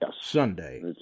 Sunday